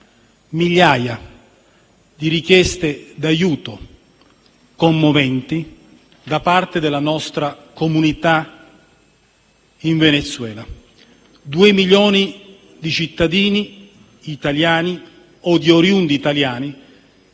commoventi richieste d'aiuto da parte della nostra comunità in Venezuela. Due milioni di cittadini italiani - o oriundi italiani